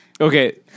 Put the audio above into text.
Okay